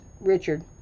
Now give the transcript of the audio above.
Richard